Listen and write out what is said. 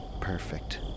perfect